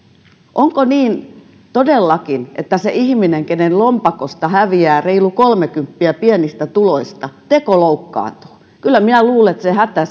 onko niin todellakin että se ihminen kenen lompakosta häviää reilu kolmekymppiä pienistä tuloista tekoloukkaantuu kyllä minä luulen että se hätä